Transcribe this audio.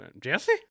jesse